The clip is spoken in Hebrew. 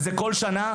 וזה כל שנה?